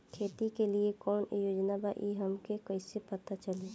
खेती के लिए कौने योजना बा ई हमके कईसे पता चली?